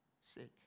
sick